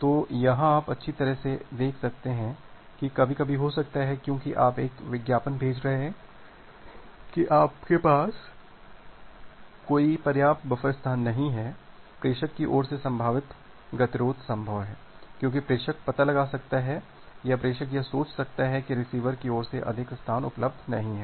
तो यहाँ आप अच्छी तरह से देख सकते हैं यह कभी कभी हो सकता है क्यूंकि आप यह विज्ञापन भेज रहे हैं कि आपके पास कोई पर्याप्त बफर स्थान नहीं है प्रेषक की ओर से संभावित गतिरोध संभव है क्योंकि प्रेषक पता लगा सकता है या प्रेषक यह सोच सकता है कि रिसीवर की ओर अधिक स्थान उपलब्ध नहीं है